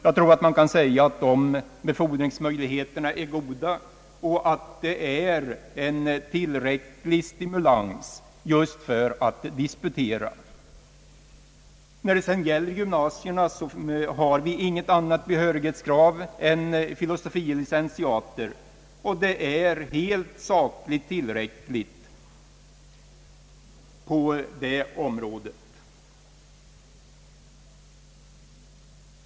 Jag tror att man kan säga att de befordringsmöjligheterna är goda och att det är en tillräcklig stimulans för att disputera. När det gäller gymnasierna har vi inget annat behörighetskrav än fil. lic.-examen, vilket helt sakligt är tillräckligt på den nivån.